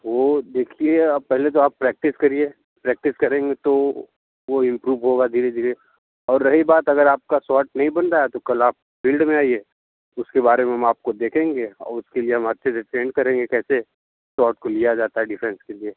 वो देखिए आप पहले तो आप प्रैक्टिस करिए प्रैक्टिस करेंगे तो वो इम्प्रूव होगा धीरे धीरे और रही बात अगर आपका शॉट नहीं बन रहा है तो आप कल फ़ील्ड में आइए उसके बारे में हम आपको देखेंगे और उसके लिए हम अच्छे से ट्रेन करेंगे कैसे शॉट को लिया जाता है डिफेंस के लिए